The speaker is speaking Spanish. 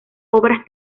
obras